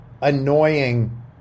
annoying